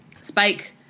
Spike